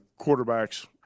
quarterbacks